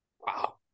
Wow